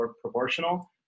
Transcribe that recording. proportional